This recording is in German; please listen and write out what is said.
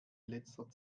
letzter